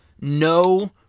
no